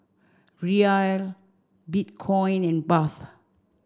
Riyal Bitcoin and Baht